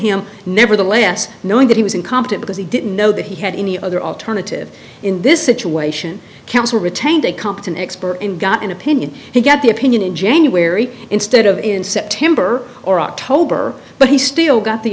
him nevertheless knowing that he was incompetent because he didn't know that he had any other alternative in this situation counsel retained a competent expert and got an opinion and get the opinion in january instead of in september or october but he still got the